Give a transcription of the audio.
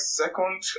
second